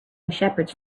shepherds